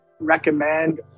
recommend